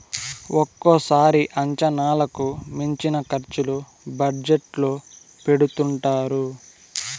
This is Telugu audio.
ఒక్కోసారి అంచనాలకు మించిన ఖర్చులు బడ్జెట్ లో పెడుతుంటారు